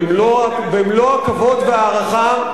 במלוא הכבוד וההערכה,